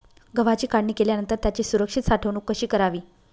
गव्हाची काढणी केल्यानंतर त्याची सुरक्षित साठवणूक कशी करावी?